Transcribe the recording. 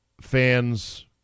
fans